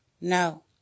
No